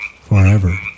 forever